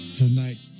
tonight